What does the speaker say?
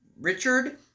Richard